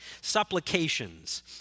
Supplications